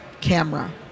camera